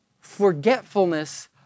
Forgetfulness